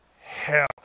hell